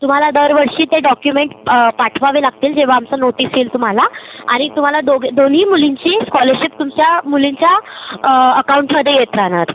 तुम्हाला दरवर्षी ते डॉक्युमेंट पाठवावे लागतील जेव्हा आमचं नोटीस येईल तुम्हाला आणि तुम्हाला दोघी दोन्ही मुलींची स्कॉलरशिप तुमच्या मुलींच्या अकाउंटमध्ये येत राहणार